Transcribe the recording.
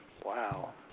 Wow